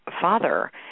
father